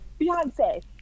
Beyonce